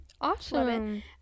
Awesome